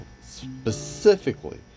specifically